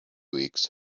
weeks